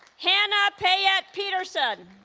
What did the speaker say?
hannah payette peterson